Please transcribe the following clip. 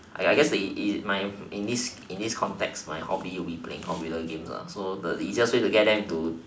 I I guess in in in this context my hobby would be playing computer games so the easiest way to get them into